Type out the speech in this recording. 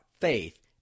faith